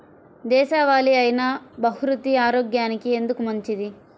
దేశవాలి అయినా బహ్రూతి ఆరోగ్యానికి ఎందుకు మంచిది?